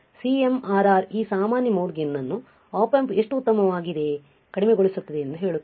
CMRR ಈ ಸಾಮಾನ್ಯ mode gain ಅನ್ನು Op amp ಎಷ್ಟು ಉತ್ತಮವಾಗಿದೆ ಕಡಿಮೆಗೊಳಿಸುತ್ತದೆ ಎಂದು ಹೇಳುತ್ತದೆ